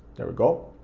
there we go.